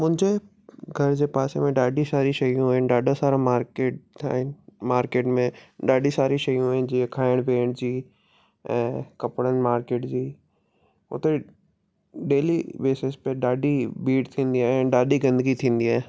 मुंहिंजे घर जे पासे में ॾाढी सारी शयूं आहिनि ॾाढा सारा मार्केट आहिनि मार्केट में ॾाढी सारी शयूं आहिनि जीअं खाइण पीअण जी ऐं कपिड़नि मार्केट जी उते डेली बेसिस पे ॾाढी भीड़ थींदी आहे ऐं ॾाढी गंदिगी थींदी आहे